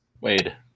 Wade